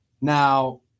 Now